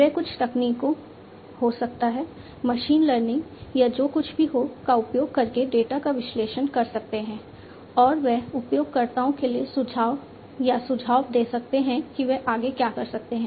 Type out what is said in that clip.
वे कुछ तकनीकों हो सकता है मशीन लर्निंग या जो कुछ भी हो का उपयोग करके डेटा का विश्लेषण कर सकते हैं और वे उपयोगकर्ता के लिए सुझाव या सुझाव दे सकते हैं कि वे आगे क्या कर सकते हैं